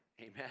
Amen